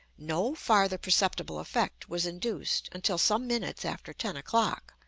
no further perceptible effect was induced until some minutes after ten o'clock,